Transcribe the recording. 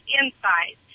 inside